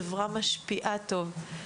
חברה שמשפיעה טוב.